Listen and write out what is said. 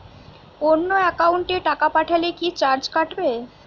অন্য একাউন্টে টাকা পাঠালে কি চার্জ কাটবে?